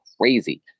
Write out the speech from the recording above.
crazy